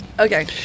Okay